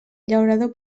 llaurador